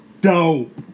dope